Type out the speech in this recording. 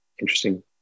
interesting